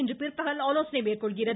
இன்று பிற்பகல் ஆலோசனை மேற்கொள்கிறது